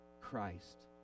Christ